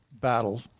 battle